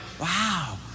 wow